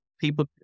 people